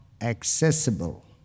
accessible